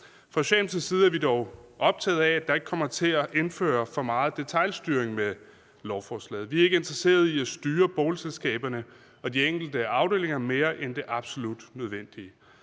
Fra Socialdemokratiets side er vi dog optaget af, at man ikke kommer til at indføre for meget detailstyring med lovforslaget. Vi er ikke interesseret i at styre boligselskaberne og de enkelte afdelinger mere end det absolut nødvendige.